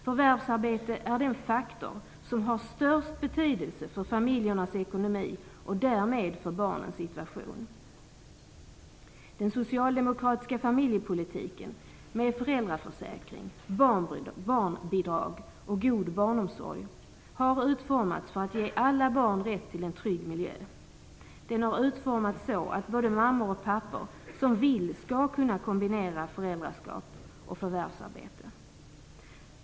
Förvärvsarbete är den faktor som har störst betydelse för familjernas ekonomi och därmed för barnens situation. Den socialdemokratiska familjepolitiken med föräldraförsäkring, barnbidrag och god barnomsorg har utformats för att ge alla barn rätt till en trygg miljö. Den har utformats så att både mammor och pappor som vill skall kunna kombinera föräldraskap och förvärvsarbete.